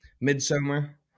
Midsummer